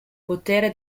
potere